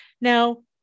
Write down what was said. Now